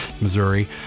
Missouri